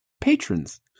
patrons